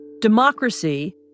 Democracy